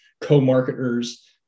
co-marketers